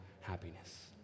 happiness